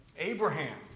Abraham